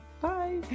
bye